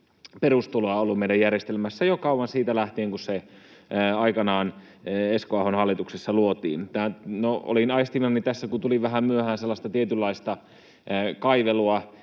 perustuloa ollut meidän järjestelmässämme jo kauan, siitä lähtien, kun se aikanaan Esko Ahon hallituksessa luotiin. No, olin aistivinani tässä, kun tulin vähän myöhään, sellaista tietynlaista kaivelua,